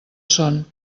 son